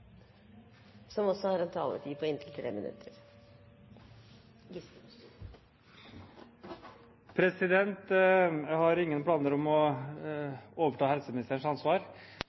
noe også om det. Jeg har ingen planer om å overta helseministerens ansvar.